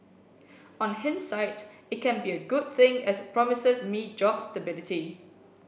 on hindsight it can be a good thing as it promises me job stability